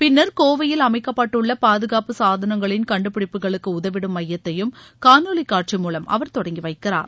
பின்னர் கோவையில் அமைக்கப்பட்டுள்ள பாதுகாப்பு சாதனங்களின் கண்டுபிடிப்புகளுக்கு உதவிடும் மையத்தையும் காணொலி காட்சி மூலம் அவர் தொடங்கி வைக்கிறார்